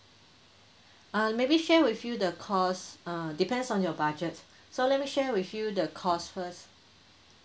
err maybe share with you the cost err depends on your budget so let me share with you the cost first